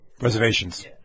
reservations